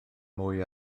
mwy